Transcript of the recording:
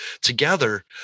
Together